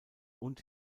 und